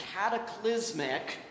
cataclysmic